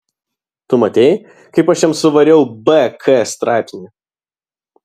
tu matei kaip aš jam suvariau bk straipsnį